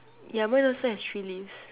yeah mine also has three leaves